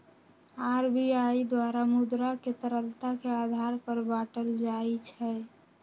RBI द्वारा मुद्रा के तरलता के आधार पर बाटल जाइ छै